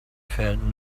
felt